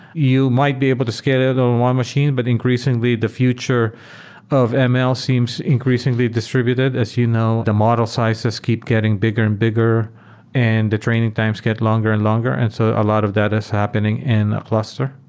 you might be able to scale it on one machine, but increasingly the future of ml seems increasingly distributed. as you know, the model sizes keep getting bigger and bigger and the training times get longer and longer. and so a lot of that is happening in a cluster.